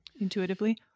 intuitively